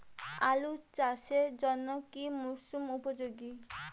আলু চাষের জন্য কি মরসুম উপযোগী?